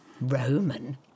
Roman